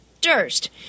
Durst